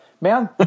Man